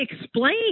explain